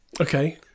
Okay